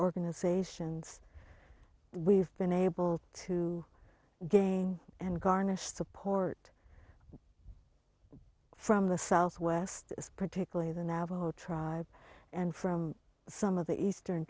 organizations we've been able to gain and garnish support from the southwest as particularly the navajo tribe and from some of the eastern